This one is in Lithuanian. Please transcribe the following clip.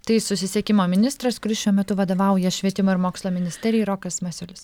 tai susisiekimo ministras kuris šiuo metu vadovauja švietimo ir mokslo ministerijai rokas masiulis